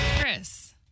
Chris